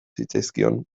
zitzaizkion